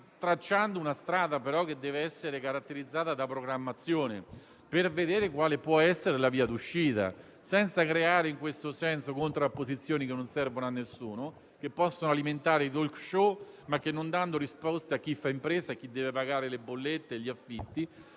tracciare una strada caratterizzata da programmazione, per vedere quale può essere la via d'uscita, senza creare in questo senso contrapposizioni che non servono a nessuno, che possono alimentare i *talk show,* e non danno risposta a chi fa impresa, a chi deve pagare le bollette e i canoni